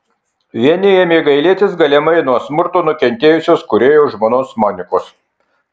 vieni ėmė gailėti galimai nuo smurto nukentėjusios kūrėjo žmonos monikos